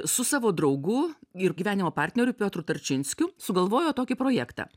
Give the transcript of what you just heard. su savo draugu ir gyvenimo partneriu piotru tarčinskiu sugalvojo tokį projektą